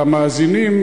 למאזינים,